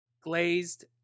glazed